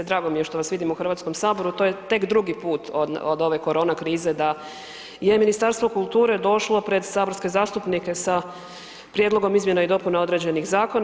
Drago mi je što vas vidim u HS-u, to je tek drugi put od ove korona krize da je Ministarstvo kulture došlo pred saborske zastupnike sa prijedlogom izmjena i dopuna određenih zakona.